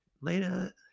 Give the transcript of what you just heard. later